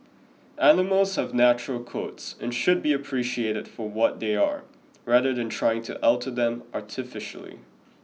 animals have natural coats and should be appreciated for what they are rather than trying to alter them artificially